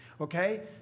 Okay